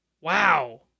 Wow